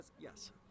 Yes